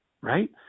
right